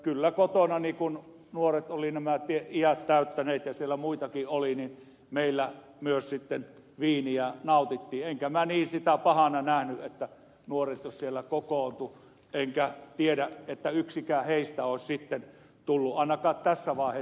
kyllä kotonani kun nuoret olivat nämä iät täyttäneet ja siellä muitakin oli meillä myös viiniä nautittiin enkä minä sitä niin pahana nähnyt jos nuoret siellä kokoontuivat enkä tiedä että yksikään heistä olisi tullut ainakaan tässä vaiheessa alkoholistiksi